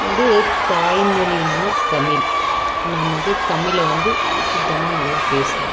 வந்து தாய் மொழினா தமிழ் நம்ம வந்து தமிழை வந்து சுத்தமாக நல்லா பேசுவோம்